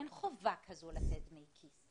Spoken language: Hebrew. אין חובה כזו לתת דמי כיס.